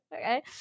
okay